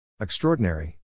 Extraordinary